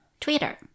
twitter